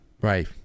Right